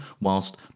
whilst